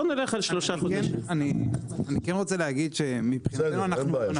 אין בעיה.